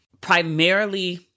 primarily